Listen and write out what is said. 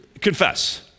Confess